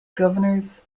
governors